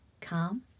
calm